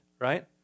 right